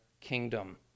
kingdom